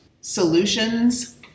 solutions